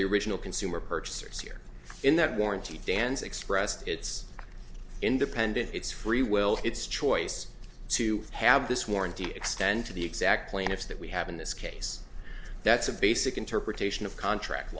the original consumer purchasers here in that warranty dan's expressed its independence its free will its choice to have this warranty extend to the exact plaintiffs that we have in this case that's a basic interpretation of contract